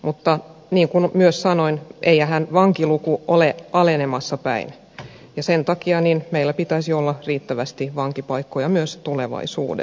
mutta niin kuin myös sanoin eihän vankiluku ole alenemaan päin ja sen takia meillä pitäisi olla riittävästi vankipaikkoja myös tulevaisuudessa